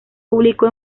publicó